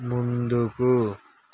ముందుకు